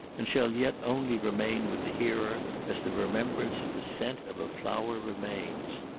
and shall yet only remain with the hearer as the remembrance of the scent of a flower remains!